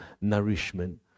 nourishment